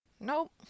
Nope